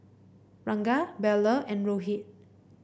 Ranga Bellur and Rohit